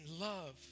love